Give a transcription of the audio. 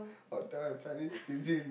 what type of Chinese cuisine